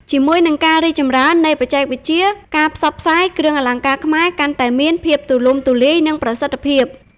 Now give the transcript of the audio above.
ជាមួយនឹងការរីកចម្រើននៃបច្ចេកវិទ្យា ការផ្សព្វផ្សាយ គ្រឿងអលង្ការខ្មែរកាន់តែមានភាពទូលំទូលាយ និងប្រសិទ្ធភាព។